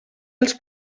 els